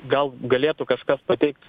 gal galėtų kažkas pateikt